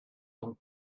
donc